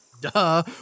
Duh